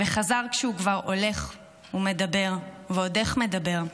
וחזר כשהוא כבר הולך ומדבר, ועוד איך מדבר.